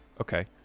Okay